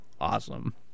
awesome